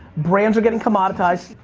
brands are getting commoditized.